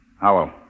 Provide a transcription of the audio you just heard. Howell